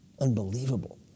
Unbelievable